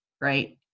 right